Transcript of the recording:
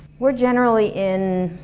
we're generally in